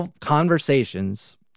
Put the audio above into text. conversations